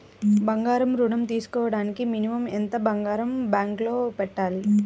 బంగారం ఋణం తీసుకోవడానికి మినిమం ఎంత బంగారం బ్యాంకులో పెట్టాలి?